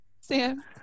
sam